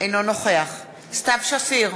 אינו נוכח סתיו שפיר,